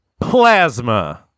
plasma